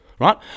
right